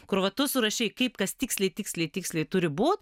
kur va tu surašei kaip kas tiksliai tiksliai tiksliai turi būt